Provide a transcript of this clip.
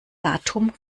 datum